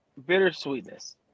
bittersweetness